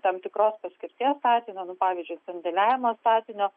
tam tikros paskirties statinio pavyzdžiui sandėliavimo statinio